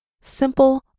Simple